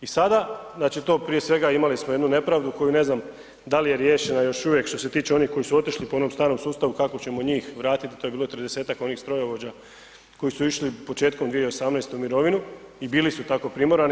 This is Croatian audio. I sada, znači to prije svega imali smo jednu nepravdu koju ne znam da li je riješena još uvijek što se tiče onih koji su otišli po onom starom sustavu kako ćemo njih vratiti i to je bilo 30-ak onih strojovođa koji su išli početkom 2018. u mirovinu i bili su tako primorani.